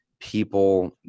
People